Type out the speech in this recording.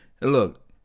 Look